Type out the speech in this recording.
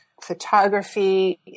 photography